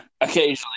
Occasionally